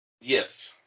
Yes